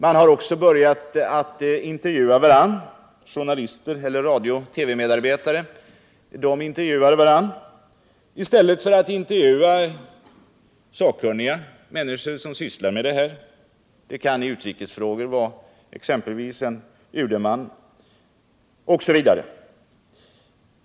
TV-reportrarna har också börjat intervjua varandra i stället för att intervjua sakkunniga personer om det dessa sysslar med, t.ex. i utrikespolitiska frågor en man från UD.